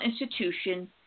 institution